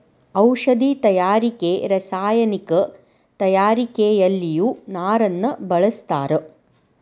ಔಷದಿ ತಯಾರಿಕೆ ರಸಾಯನಿಕ ತಯಾರಿಕೆಯಲ್ಲಿಯು ನಾರನ್ನ ಬಳಸ್ತಾರ